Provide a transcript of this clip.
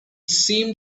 seemed